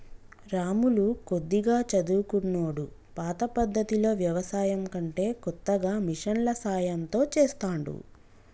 రాములు కొద్దిగా చదువుకున్నోడు పాత పద్దతిలో వ్యవసాయం కంటే కొత్తగా మిషన్ల సాయం తో చెస్తాండు